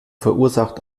verursacht